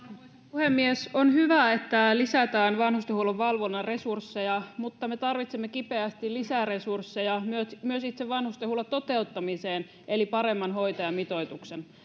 puhemies on hyvä että lisätään vanhustenhuollon valvonnan resursseja mutta me tarvitsemme kipeästi lisäresursseja myös itse vanhustenhuollon toteuttamiseen eli paremman hoitajamitoituksen